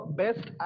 best